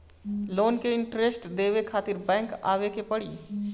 Loan के interest देवे खातिर बैंक आवे के पड़ी?